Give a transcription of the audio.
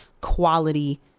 quality